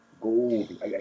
gold